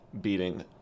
beating